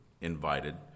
invited